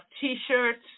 T-shirts